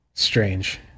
strange